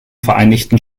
vereinigten